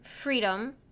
freedom